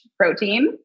protein